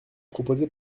proposée